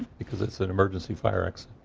because it's an emergency fire exit.